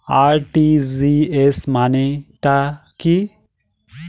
RTGS মানে টা কি?